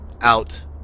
out